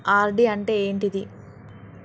RD అంటే ఏంటిది?